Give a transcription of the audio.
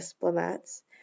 diplomats